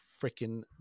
freaking